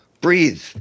breathe